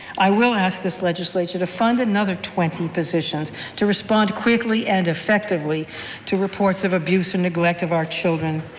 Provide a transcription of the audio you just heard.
i will ask this legislature to fund another twenty positions to respond quickly and effectively to reports of abuse or neglect of our children.